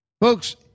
Folks